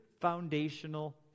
foundational